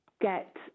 get